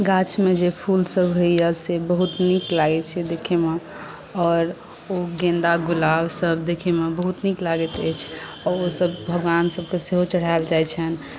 गाछमे जे फूलसभ होइए से बहुत नीक लागैत छै देखयमे आओर ओ गेन्दा गुलाबसभ देखयमे बहुत नीक लागैत रहै छै आ ओसभ भगवान सभकेँ सेहो चढ़याल जाइत छनि